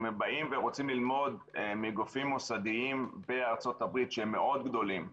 אם הם באים ורוצים ללמוד מגופים מוסדיים בארצות הברית שהם מאוד גדולים,